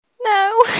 No